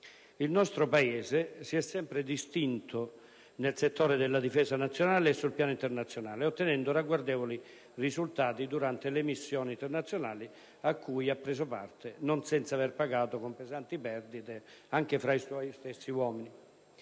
Il nostro Paese si è sempre distinto nel settore della difesa nazionale e sul piano internazionale, ottenendo ragguardevoli risultati durante le missioni internazionali a cui ha preso parte, non senza aver pagato con pesanti perdite, anche fra i suoi stessi uomini.